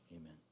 Amen